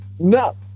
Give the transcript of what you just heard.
No